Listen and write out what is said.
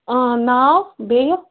اۭں ناو بیٚیہِ